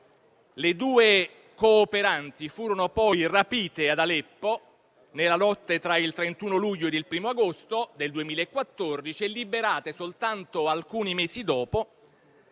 Le due cooperanti furono poi rapite ad Aleppo nella notte tra il 31 luglio e il 1° agosto del 2014 e liberate soltanto alcuni mesi dopo,